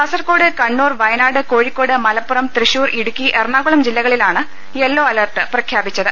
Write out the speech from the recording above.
കാസർകോഡ് കണ്ണൂർ വയനാട് കോഴിക്കോട് മലപ്പുറം തൃശൂർ ഇടുക്കി എറണാകുളം ജില്ലകളിലാണ് yellow alert പ്രഖ്യാപി ച്ചത്